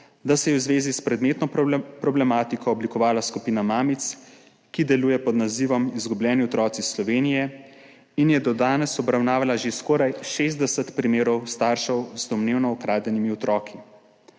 da se je v zvezi s predmetno problematiko oblikovala skupina mamic, ki deluje pod nazivom Izgubljeni otroci Slovenije in je do danes obravnavala že skoraj 60 primerov staršev z domnevno ukradenimi otroki.